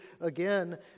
again